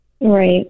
right